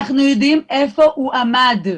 אנחנו יודעים איפה הוא עמד,